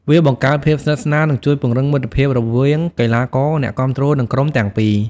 វាបង្កើតភាពស្និទ្ធស្នាល និងជួយពង្រឹងមិត្តភាពរវាងកីឡាករ អ្នកគាំទ្រ និងក្រុមទាំងពីរ។